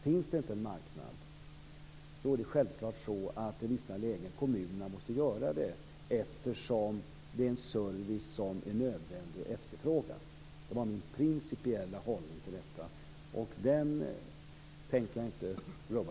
Finns det inte någon marknad måste kommunerna i vissa lägen självfallet göra det, eftersom det är en service som är nödvändig och efterfrågas. Detta var min principiella hållning i frågan, och den tänker jag inte rubba.